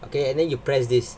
okay and then you press this